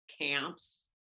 camps